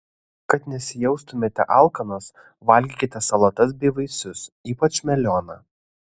kad nesijaustumėte alkanos valgykite salotas bei vaisius ypač melioną